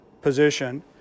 position